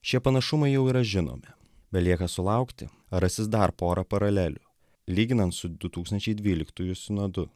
šie panašumai jau yra žinomi belieka sulaukti rasis dar pora paralelių lyginant su du tūkstančiai dvyliktųjų sinodu